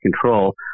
control